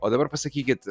o dabar pasakykit